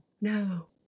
No